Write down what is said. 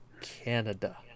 Canada